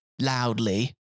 loudly